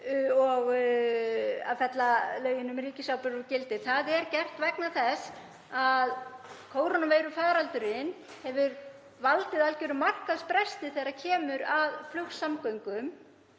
til að fella lögin um ríkisábyrgðir úr gildi. Það er gert vegna þess að kórónuveirufaraldurinn hefur valdið algjörum markaðsbresti þegar kemur að flugsamgöngum.